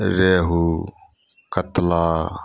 रेहु कतला